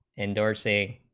endorse a